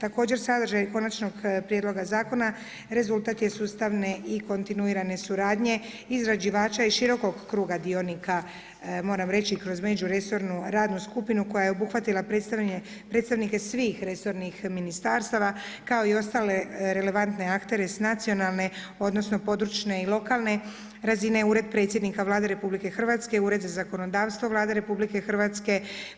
Također sadržaj konačnog prijedloga zakona rezultat je sustavne i kontinuirane suradnje izrađivača i širokog kruga dionika moram reći kroz međuresornu radnu skupinu koja je obuhvatila predstavnike svih resornih ministarstava kao i ostale relevantne aktere s nacionalne, odnosno područne i lokalne razine Ured predsjednika Vlade RH, Ured za zakonodavstvo Vlade RH,